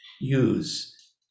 use